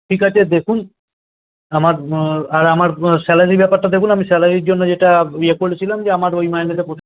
ঠিক আছে দেখুন আমার আর আমার স্যালারির ব্যাপারটা দেখুন আমি স্যালারির জন্য যেটা ইয়ে করেছিলাম যে আমার ওই মাইনেতে পোষা